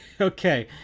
Okay